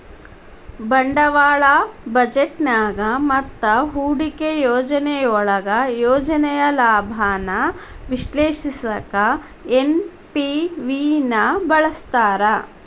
ಬಂಡವಾಳ ಬಜೆಟ್ನ್ಯಾಗ ಮತ್ತ ಹೂಡಿಕೆ ಯೋಜನೆಯೊಳಗ ಯೋಜನೆಯ ಲಾಭಾನ ವಿಶ್ಲೇಷಿಸಕ ಎನ್.ಪಿ.ವಿ ನ ಬಳಸ್ತಾರ